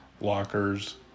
lockers